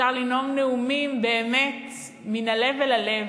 אפשר לנאום נאומים מן הלב אל הלב,